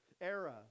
era